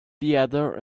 theater